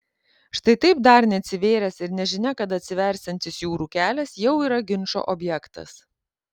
štai taip dar neatsivėręs ir nežinia kada atsiversiantis jūrų kelias jau yra ginčo objektas